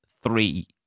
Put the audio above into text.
three